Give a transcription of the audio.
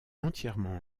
entièrement